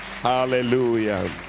Hallelujah